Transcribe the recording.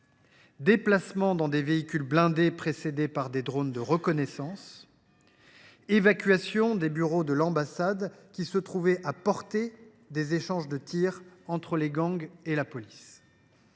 déplacement dans des véhicules blindés précédés par des drones de reconnaissance ; évacuation des bureaux de l’ambassade qui se trouvaient à portée des échanges de tirs entre les gangs et la police.